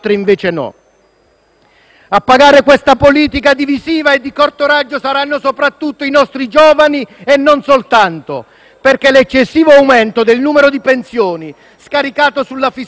A pagare questa politica divisiva e di corto raggio saranno soprattutto i nostri giovani, e non soltanto, perché l'eccessivo aumento del numero di pensioni, scaricato sulla fiscalità generale,